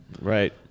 Right